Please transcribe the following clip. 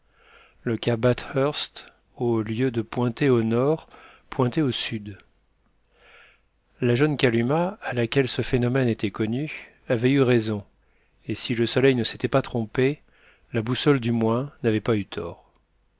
le cap bathurst au lieu de pointer au nord pointait au sud la jeune kalumah à laquelle ce phénomène était connu avait eu raison et si le soleil ne s'était pas trompé la boussole du moins n'avait pas eu tort